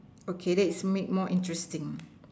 okay that is make more interesting